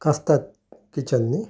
कास्ताद किचन न्ही